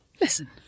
listen